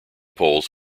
poles